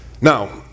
Now